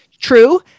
True